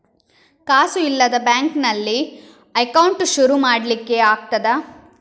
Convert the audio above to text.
ಕಾಸು ಇಲ್ಲದ ಬ್ಯಾಂಕ್ ನಲ್ಲಿ ಅಕೌಂಟ್ ಶುರು ಮಾಡ್ಲಿಕ್ಕೆ ಆಗ್ತದಾ?